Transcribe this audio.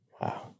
Wow